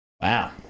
Wow